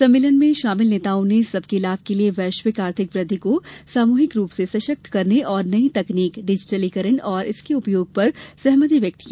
सम्मेलन में शामिल नेताओं ने सबके लाभ के लिए वैश्विक आर्थिक वृद्धि को सामूहिक रूप से सशक्त करने और नई तकनीक डिजिटलीकरण और इसके उपयोग पर सहमति व्यक्त की